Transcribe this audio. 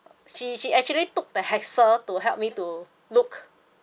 she she actually took the hassle to help me to look